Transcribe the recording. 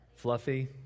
Fluffy